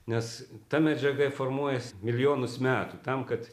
nes ta medžiaga formuojasi milijonus metų tam kad